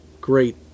great